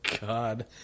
God